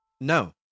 no